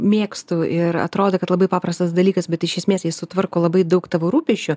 mėgstu ir atrodo kad labai paprastas dalykas bet iš esmės jis sutvarko labai daug tavo rūpesčių